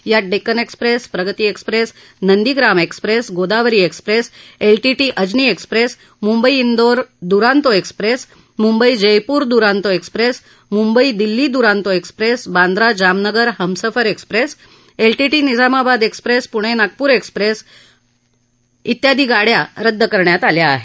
यात Deccan express Pragati express Nandigram express Godavari express LTT Ajni express Mumbai डीर Duranto express Mumbai Jaipur Duranto express Mumbai Delhi Duranto express Bandra Jamnagar Humsafar express LTT Nizamabad express गाड्या रद्द करण्यात आल्या आहेत